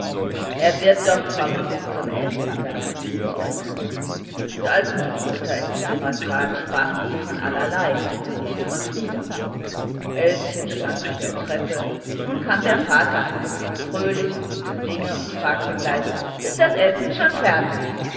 er wird doch kommen bis zum essen sagten sie zueinander und als nun die mutter ins zimmer trat sprachen sie von allerlei nur nicht von frieder elschen stand an der treppe nun kam der vater heim fröhlich und guter dinge und fragte gleich ist das essen schon fertig